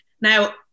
now